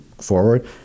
forward